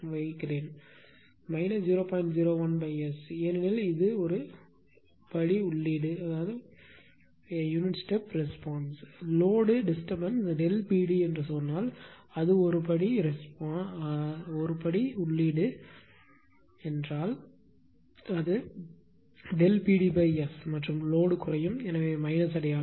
01S ஏனெனில் ஒரு படி உள்ளீடு லோடு தொந்தரவு Pd என்று சொன்னால் அது ஒரு படி உள்ளீடு என்றால் அது PdS மற்றும் லோடு குறையும் எனவே மைனஸ் அடையாளம்